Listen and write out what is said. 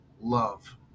Love